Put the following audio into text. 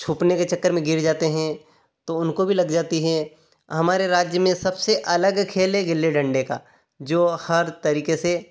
छुपने के चक्कर में गिर जाते हैं तो उनको भी लग जाती है हमारे राज्य में सबसे अलग खेल है गिल्ली डंडे का जो हर तरीके से